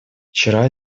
вчера